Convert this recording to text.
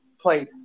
played